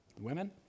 Women